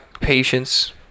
patience